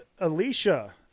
Alicia